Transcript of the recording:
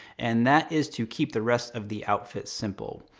and that is to keep the rest of the outfit simple.